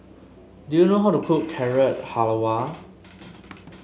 do you know how to cook Carrot Halwa